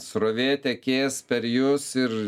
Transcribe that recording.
srovė tekės per jus ir